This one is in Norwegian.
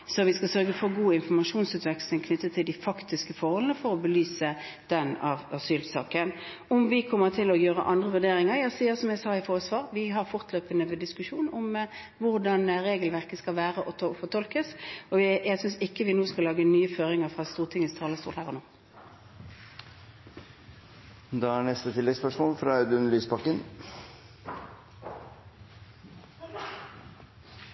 Så vi skal sørge for god informasjonsutveksling knyttet til de faktiske forholdene, for å belyse den asylsaken. Når det gjelder om vi kommer til å gjøre andre vurderinger, har vi – som jeg sa i forrige svar – fortløpende diskusjon om hvordan regelverket skal være og fortolkes, og jeg synes ikke vi skal legge nye føringer fra Stortingets talerstol her og nå.